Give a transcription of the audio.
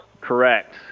Correct